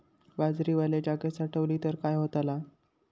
बाजरी वल्या जागेत साठवली तर काय होताला?